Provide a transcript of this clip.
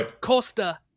Costa